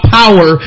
power